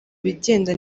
bigenda